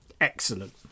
Excellent